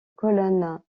colonne